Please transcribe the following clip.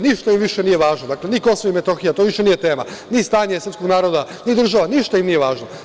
Ništa im više nije važno, ni Kosovo i Metohija, to više nije tema, ni stanje srpskog naroda, ni država, ništa im nije važno.